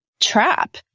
trap